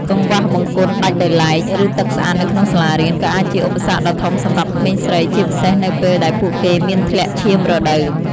កង្វះបង្គន់ដាច់ដោយឡែក ឬទឹកស្អាតនៅក្នុងសាលារៀនក៏អាចជាឧបសគ្គដ៏ធំសម្រាប់ក្មេងស្រី ជាពិសេសនៅពេលដែលពួកគេមានធ្លាក់ឈាមរដូវ។